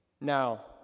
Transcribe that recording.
Now